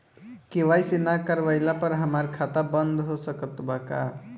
KYC ना करवाइला पर हमार खाता बंद हो सकत बा का?